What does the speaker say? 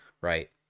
right